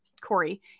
Corey